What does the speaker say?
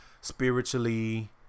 spiritually